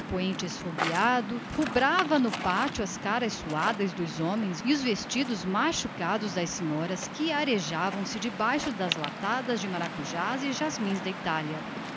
poente esfogueado rubrava as caras suadas dos homens e os vestidos machucados das senhoras que se arejavam debaixo das latadas de maracujás e jasmins da itália